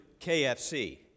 KFC